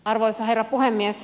arvoisa herra puhemies